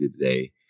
today